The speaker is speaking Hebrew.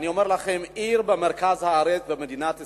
אני אומר לכם, עיר במרכז הארץ, במדינת ישראל,